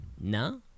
No